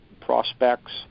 prospects